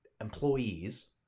employees